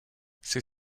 ses